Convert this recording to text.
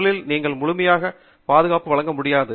முதலில் நீங்கள் முழுமையான பாதுகாப்பு வழங்க முடியாது